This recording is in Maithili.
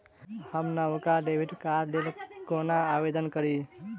हम नवका डेबिट कार्डक लेल कोना आवेदन करी?